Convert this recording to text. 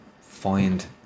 find